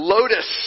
Lotus